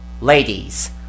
Ladies